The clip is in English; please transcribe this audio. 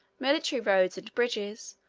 military roads and bridges,